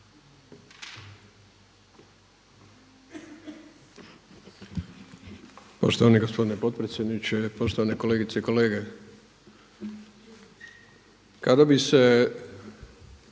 Poštovani gospodine potpredsjedniče, poštovane kolegice i kolege. Kada bi se